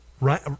Right